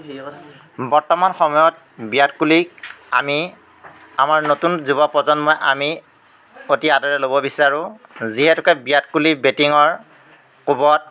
বৰ্তমান সময়ত বিৰাট কোহলি আমি আমাৰ নতুন যুৱ প্ৰজন্মই আমি অতি আদৰে ল'ব বিচাৰোঁ যিহেতুকে বিৰাট কোহলিৰ বেটিঙৰ কোবত